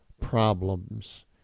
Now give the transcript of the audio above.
problems